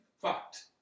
fact